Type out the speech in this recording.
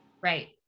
Right